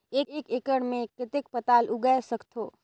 एक एकड़ मे कतेक पताल उगाय सकथव?